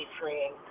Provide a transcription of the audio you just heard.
freeing